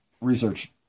research